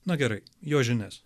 na gerai jo žinias